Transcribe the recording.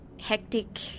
hectic